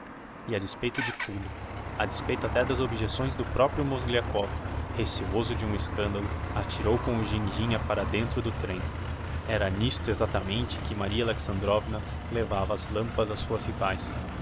e a despeito de tudo a despeito até das objecções do proprio mozgliakov receoso de um escandalo atirou com o ginjinha para dentro do trem era n'isto exactamente que maria alexandrovna levava as lampas ás suas rivaes